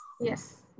Yes